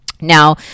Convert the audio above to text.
Now